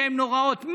שהן נוראיות.